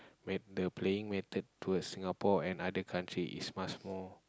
when the playing method to a Singapore and other country is much more